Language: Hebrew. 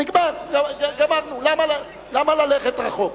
נגמר, גמרנו, למה ללכת רחוק?